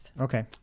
Okay